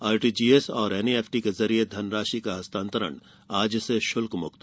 RTGS औरएनईएफटी के जरिए धनराशि का हस्तांतरण आज से षुल्कमुक्त